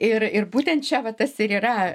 ir ir būtent čia va tas ir yra